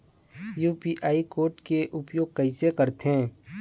UPI bar code के उपयोग कैसे करथें?